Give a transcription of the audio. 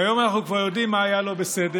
והיום אנחנו כבר יודעים מה היה לא בסדר.